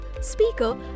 speaker